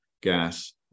gas